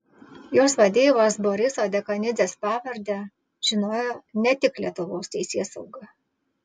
jos vadeivos boriso dekanidzės pavardę žinojo ne tik lietuvos teisėsauga